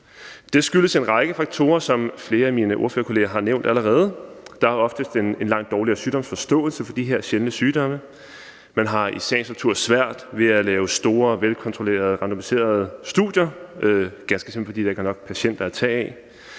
Det skyldes en række faktorer, som flere af mine ordførerkollegaer allerede har nævnt, og der vil ofte være en langt dårligere sygdomsforståelse for de her sjældne sygdomme. Man har i sagens natur svært ved at lave store, velkontrollerede og randomiserede studier, ganske simpelt fordi der ikke er nok patienter at tage af.